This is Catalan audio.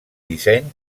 disseny